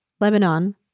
Lebanon